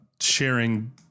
sharing